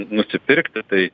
nusipirkti tai